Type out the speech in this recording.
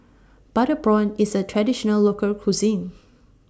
Butter Prawn IS A Traditional Local Cuisine